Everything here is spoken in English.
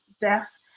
death